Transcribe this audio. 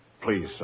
Please